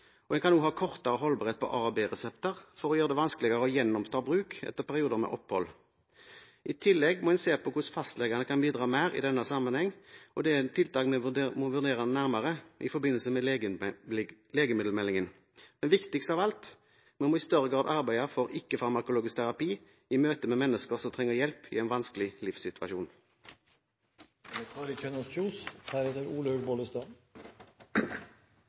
og en kan også ha kortere holdbarhet på A- og B-resepter for å gjøre det vanskeligere å gjenoppta bruk etter perioder med opphold. I tillegg må en se på hvordan fastlegene kan bidra mer i denne sammenheng. Dette er tiltak som må vurderes nærmere i forbindelse med legemiddelmeldingen. Men viktigst av alt: Vi må i større grad arbeide for ikke-farmakologisk terapi i møte med mennesker som trenger hjelp i en vanskelig livssituasjon.